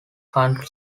country